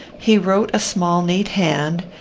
he wrote a small neat hand,